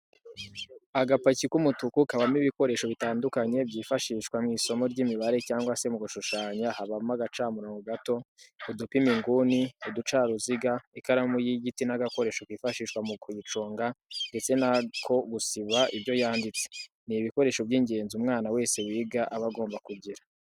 Agapaki k'umutuku kabamo ibikoresho bitandukanye byifashishwa mw'isomo ry'imibare cyangwa se mu gushushanya habamo agacamurobo gato, udupima inguni, uducaruziga ,ikaramu y'igiti n'agakoresho kifashishwa mu kuyiconga ndetse n'ako gusiba ibyo yanditse, ni ibikoresho by'ingenzi umwana wese wiga aba agomba kugira.